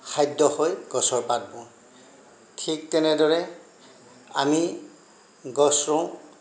খাদ্য হয় গছৰ পাতবোৰ ঠিক তেনেদৰে আমি গছ ৰোওঁ